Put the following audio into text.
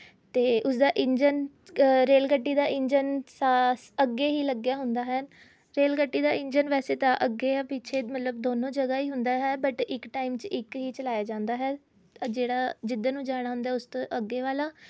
ਅਤੇ ਉਸ ਦਾ ਇੰਜਣ ਰੇਲ ਗੱਡੀ ਦਾ ਇੰਜਣ ਸਾ ਅੱਗੇ ਹੀ ਲੱਗਿਆ ਹੁੰਦਾ ਹੈ ਰੇਲ ਗੱਡੀ ਦਾ ਇੰਜਣ ਵੈਸੇ ਤਾਂ ਅੱਗੇ ਯਾ ਪਿੱਛੇ ਮਤਲਬ ਦੋਨੋਂ ਜਗ੍ਹਾਂ ਹੀ ਹੁੰਦਾ ਹੈ ਬਟ ਇੱਕ ਟਾਈਮ 'ਚ ਇੱਕ ਹੀ ਚਲਾਇਆ ਜਾਂਦਾ ਹੈ ਜਿਹੜਾ ਜਿੱਧਰ ਨੂੰ ਜਾਣਾ ਹੁੰਦਾ ਹੈ ਉਸ ਤੋਂ ਅੱਗੇ ਵਾਲਾ